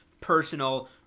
personal